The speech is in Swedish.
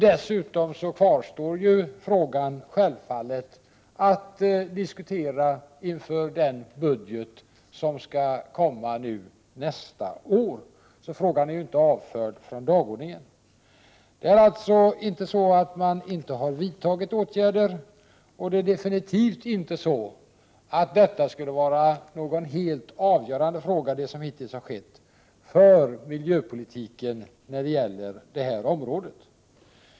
Dessutom kvarstår frågan självfallet att diskutera inför den budget som skall komma nästa år. Frågan är alltså inte avförd från dagordningen. Det är alltså inte så att regeringen inte vidtagit åtgärder, och det är definitivt inte så att detta skulle vara helt avgörande för miljöpolitiken inom detta område.